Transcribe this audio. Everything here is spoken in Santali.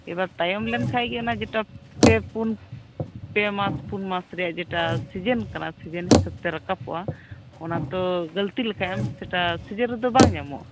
ᱛᱟᱭᱚᱢ ᱞᱮᱱᱠᱷᱟᱡ ᱜᱮ ᱡᱮᱴᱟ ᱯᱮ ᱢᱟᱥ ᱯᱩᱱ ᱢᱟᱥ ᱨᱮᱭᱟᱜ ᱡᱮᱴᱟ ᱥᱤᱡᱮᱱ ᱠᱟᱱᱟ ᱥᱤᱡᱮᱱ ᱦᱤᱥᱟᱹᱵ ᱛᱮ ᱨᱟᱠᱟᱵᱚᱜᱼᱟ ᱚᱱᱟ ᱫᱚ ᱜᱟᱹᱞᱛᱤ ᱞᱮᱠᱷᱟᱡ ᱮᱢ ᱥᱮᱴᱟ ᱥᱤᱡᱮᱱ ᱨᱮᱫᱚ ᱵᱟᱝ ᱧᱟᱢᱚᱜᱼᱟ